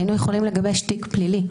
היינו יכולים לגבש תיק פלילי.